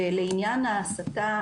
לעניין ההסתה,